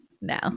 no